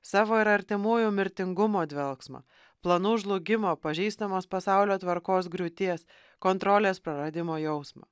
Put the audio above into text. savo ir artimųjų mirtingumo dvelksmą planų žlugimo pažįstamos pasaulio tvarkos griūties kontrolės praradimo jausmą